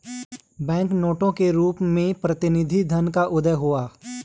bank नोटों के रूप में प्रतिनिधि धन का उदय हुआ